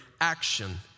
action